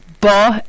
bo